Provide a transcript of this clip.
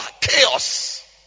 chaos